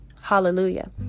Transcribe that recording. Hallelujah